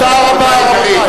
תודה רבה.